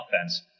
offense